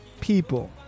people